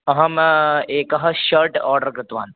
अहम् एकः shirt order कृतवान्